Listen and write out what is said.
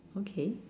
okay